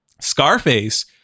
Scarface